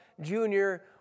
Junior